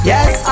Yes